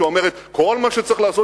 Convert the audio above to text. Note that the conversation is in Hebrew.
שאומרת: כל מה שצריך לעשות,